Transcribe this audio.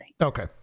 Okay